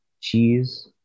cheese